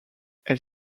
elle